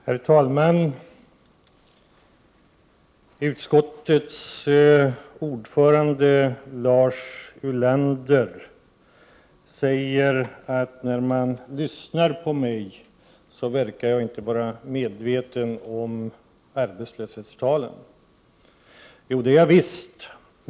| Herr talman! Utskottets ordförande Lars Ulander säger att jag inte verkar vara medveten om arbetslöshetstalen. Jo, det är jag visst.